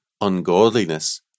ungodliness